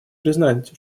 признать